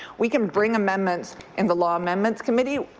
we can bring amendments in the law amendments committee.